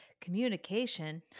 communication